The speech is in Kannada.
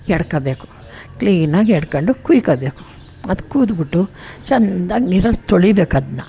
ಎಡ್ಕಬೇಕು ಕ್ಲೀನಾಗಿ ಎಡ್ಕಂಡು ಕುಯ್ಕೋಬೇಕು ಅದು ಕುಯ್ದುಬಿಟ್ಟು ಚಂದಾಗಿ ನೀರಲ್ಲಿ ತೊಳಿಬೇಕದನ್ನು